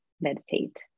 meditate